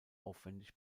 aufwändig